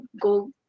go